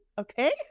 Okay